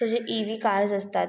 so जे EV cars असतात